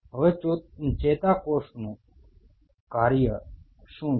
હવે ચેતાકોષનું કાર્ય શું છે